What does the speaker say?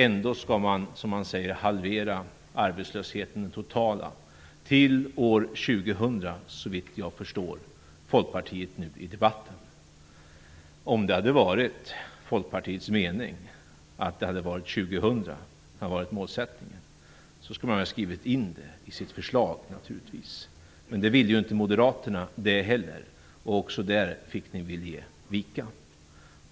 Ändå skall man, som man säger, halvera den totala arbetslösheten till år 2000 såvitt jag förstår Folkpartiet nu i debatten. Om det hade varit Folkpartiets mening att det var 2000 som var målsättningen skulle man naturligtvis ha skrivit in det i sitt förslag. Men det ville ju inte Moderaterna - inte det heller. Också där fick ni väl ge vika.